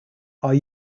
are